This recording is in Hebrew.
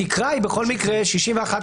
התקרה היא בכל מקרה 61(א)(1)